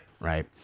Right